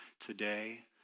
today